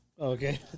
Okay